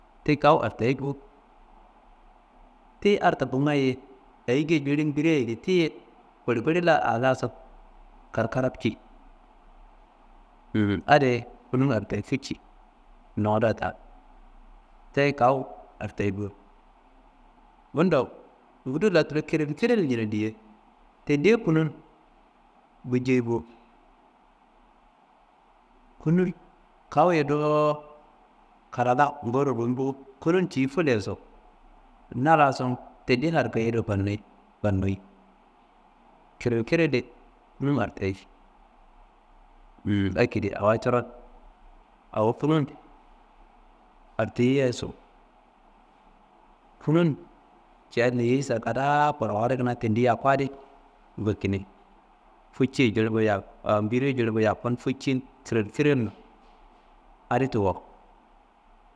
Tiyi kawu hartayi bo, tiyi hartakongayiye eyinguye jili mbirayedi tiyiye kulikuli la a laso krakrapci adiyiye kunum hartayi fici nowuda taa tiye kawu hartayi bo, bundo ngudo la krimkril njunowu diye tindiye kunum buncei bo,«hesitation » kawuye dowo kalal gunro rumbo kunun kiyi fulyeso, na laso tendiye harakayeido faniyi, faniyi krikri kunum hartayi. Um akedi awa coron awo kunum hartayeyia so, kunun ciya leyeyi sa kadaa koro adi kuna tendi yakku adi gulkine, ficiyi jilingu «hesitation » mbiriyi jilingu jakkun, fici n frilfri n adi tiwo.